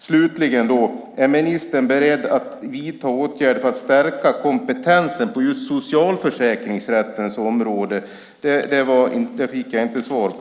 Slutligen: Är ministern beredd att vidta åtgärder för att förstärka kompetensen på socialförsäkringsrättens område? Den frågan fick jag inget svar på.